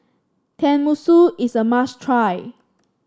tenmusu is a must try